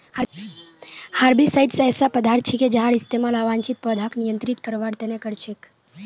herbicides ऐसा पदार्थ छिके जहार इस्तमाल अवांछित पौधाक नियंत्रित करवार त न कर छेक